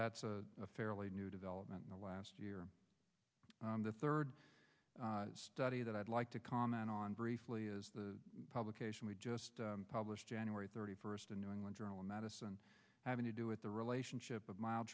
that's a fairly new development in the last year the third study that i'd like to comment on briefly is the publication we just published january thirty first in new england journal of medicine having to do with the relationship of mild